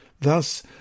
Thus